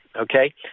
okay